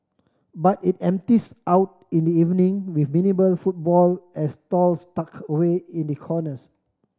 but it empties out in the evening with minimal footfall at stalls tucked away in the corners